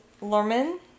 Lorman